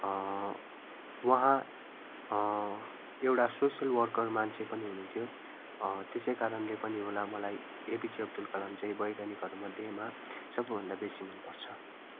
उहाँ एउटा social worker मान्छे पनि हुनु हुन्थ्यो त्यसै कारणले पनि होला मलाई एपिजे अब्दुल कलाम वैज्ञानिकहरू मध्येमा सबभन्दा बेसी मन पर्छ